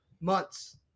months